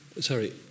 sorry